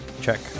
check